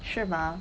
是吗